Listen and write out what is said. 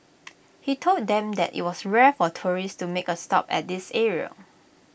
he told them that IT was rare for tourists to make A stop at this area